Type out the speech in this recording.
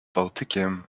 bałtykiem